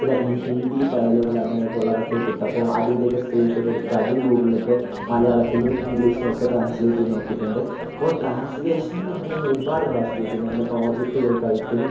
ചില ഹിന്ദി ഫയലുകൾ അങ്ങനെ ഉള്ളതൊക്കെ ഇട്ടപ്പോള് അതിന്റെയൊക്കെ സ്ക്രീൻഷോട്ടെടുത്ത് അതും ഗൂഗിളിലിട്ട് മലയാളത്തിലും ഇംഗ്ലീഷിലൊക്കെ ട്രാൻസ്ലേറ്റ് ചെയ്ത് നോക്കിയിട്ടുണ്ട് അപ്പോള് ട്രാൻസ്ലേഷൻ എന്നു പറഞ്ഞാല് ഒരുപാട് ഭാഷ ചെയ്തിട്ടുണ്ട് പിന്നെ പ്രോജക്റ്റുകൾക്കായിട്ടും